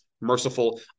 merciful